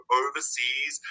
overseas